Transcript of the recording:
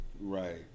Right